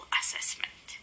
assessment